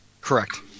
Correct